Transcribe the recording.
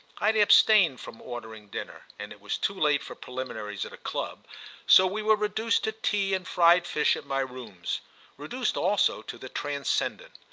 i had abstained from ordering dinner, and it was too late for preliminaries at a club so we were reduced to tea and fried fish at my rooms reduced also to the transcendent.